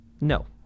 No